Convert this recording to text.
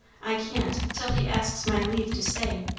i can't, till he asks my leave to stay.